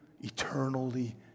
Eternally